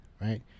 right